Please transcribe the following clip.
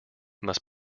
must